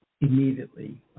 immediately